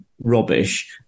rubbish